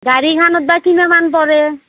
গাড়ীখনত বা কিমান মান পৰে